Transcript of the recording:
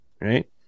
Right